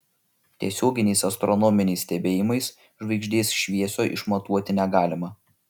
tiesioginiais astronominiais stebėjimais žvaigždės šviesio išmatuoti negalima